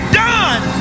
done